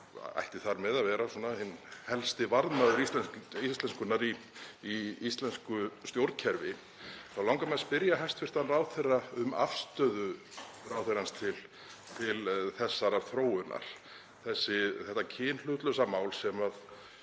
ætti þar með að vera hinn helsti varðmaður íslenskunnar í íslensku stjórnkerfi að spyrja hæstv. ráðherra um afstöðu ráðherrans til þessarar þróunar. Er þetta kynhlutlausa mál sem